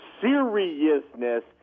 seriousness